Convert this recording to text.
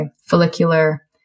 follicular